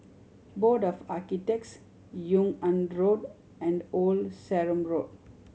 Board of Architects Yung An Road and Old Sarum Road